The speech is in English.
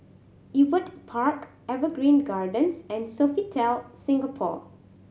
Ewart Park Evergreen Gardens and Sofitel Singapore